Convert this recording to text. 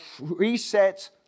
reset